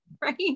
Right